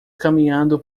caminhando